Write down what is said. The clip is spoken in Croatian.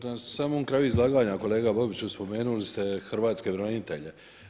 Na samom kraju izlaganja kolega Babiću, spomenuli ste hrvatske branitelje.